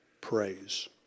praise